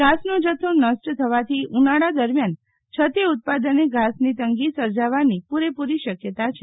ધાસનો જથ્થો નષ્ટ થવાથી ઉનાળા દરમ્યાન છતે ઉત્પાદને ધાસની તંગી સર્જાવવાની પુરેપુરી શકયતા છે